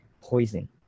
poison